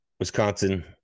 Wisconsin